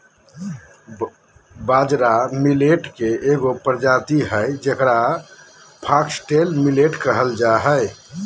बाजरा मिलेट के एगो प्रजाति हइ जेकरा फॉक्सटेल मिलेट कहल जा हइ